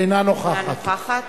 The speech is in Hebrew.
אינה נוכחת